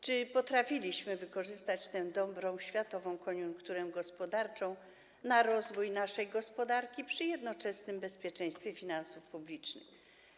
Czy potrafiliśmy wykorzystać tę dobrą światową koniunkturę gospodarczą w przypadku rozwoju naszej gospodarki przy jednoczesnym bezpieczeństwie finansów publicznych?